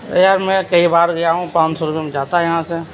ارے یار میں کئی بار گیا ہوں پانچ سو روپیے میں جاتا ہے یہاں سے